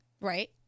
Right